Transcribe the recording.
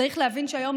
צריך להבין שהיום,